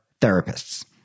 therapists